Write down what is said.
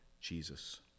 Jesus